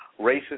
racist